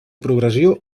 progressió